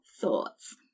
thoughts